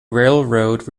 railroad